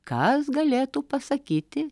kas galėtų pasakyti